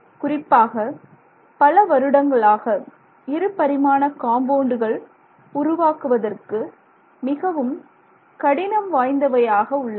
குறிப்பாக பல வருடங்களாக இருபரிமாண காம்பவுண்டுகள் உருவாக்குவதற்கு மிகவும் கடினம் வாய்ந்தவையாக உள்ளன